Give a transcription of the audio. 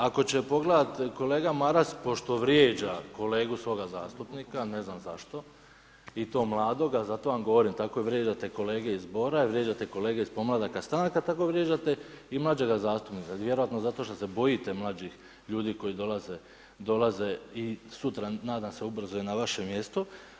Ako će pogledati kolega Maras pošto vrijeđa kolegu svoga zastupnika, a ne znam zašto i to mladoga zato vam govorim tako vrijeđate kolege iz zbora, vrijeđate kolege iz podmladaka stranaka, tako vrijeđate i mlađega zastupnika vjerojatno zato što se bojite mlađih ljudi koji dolaze i sutra nadam se ubrzo na vaše mjesto.